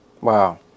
Wow